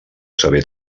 saber